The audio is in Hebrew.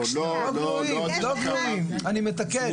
לא גלויים, אני מתקן.